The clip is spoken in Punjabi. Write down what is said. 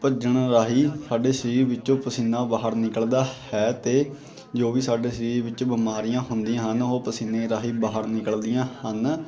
ਭੱਜਣ ਰਾਹੀਂ ਸਾਡੇ ਸਰੀਰ ਵਿੱਚੋਂ ਪਸੀਨਾ ਬਾਹਰ ਨਿਕਲਦਾ ਹੈ ਅਤੇ ਜੋ ਵੀ ਸਾਡੇ ਸਰੀਰ ਵਿੱਚ ਬਿਮਾਰੀਆਂ ਹੁੰਦੀਆਂ ਹਨ ਉਹ ਪਸੀਨੇ ਰਾਹੀਂ ਬਾਹਰ ਨਿਕਲਦੀਆਂ ਹਨ